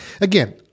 again